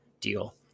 deal